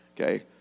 Okay